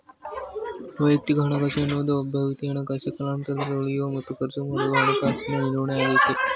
ವೈಯಕ್ತಿಕ ಹಣಕಾಸು ಎನ್ನುವುದು ಒಬ್ಬವ್ಯಕ್ತಿ ಹಣಕಾಸಿನ ಕಾಲಾನಂತ್ರದಲ್ಲಿ ಉಳಿಸಲು ಮತ್ತು ಖರ್ಚುಮಾಡಲು ಹಣಕಾಸಿನ ನಿರ್ವಹಣೆಯಾಗೈತೆ